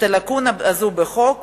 את הלקונה הזאת בחוק,